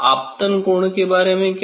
आपतन कोण के बारे में क्या